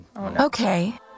Okay